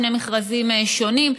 שני מכרזים שונים.